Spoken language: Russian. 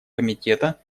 комитета